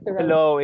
hello